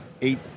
eight